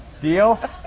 Deal